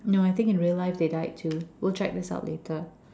no I think in real life they died too go try this out later